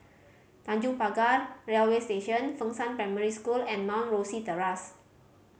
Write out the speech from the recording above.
Tanjong Pagar Railway Station Fengshan Primary School and Mount Rosie Terrace